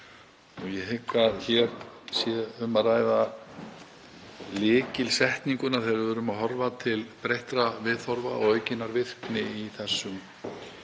Og ég hygg að hér sé um að ræða lykilsetninguna þegar horft er til breyttra viðhorfa og aukinnar virkni í þessum